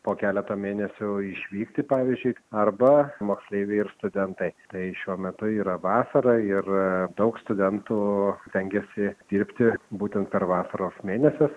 po keleto mėnesių išvykti pavyzdžiui arba moksleiviai ir studentai tai šiuo metu yra vasara ir daug studentų stengiasi dirbti būtent per vasaros mėnesius